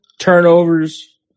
Turnovers